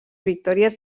victòries